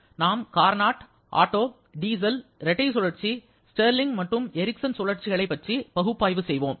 நாம் Carnot Otto diesel இரட்டை சுழற்சி ஸ்டிர்லிங் மற்றும் எரிக்சன் சுழற்சிகளை பற்றி பகுப்பாய்வு செய்வோம்